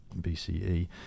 BCE